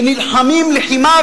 שנלחמים לחימה,